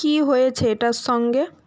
কী হয়েছে এটার সঙ্গে